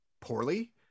poorly